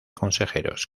consejeros